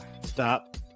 stop